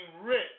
rich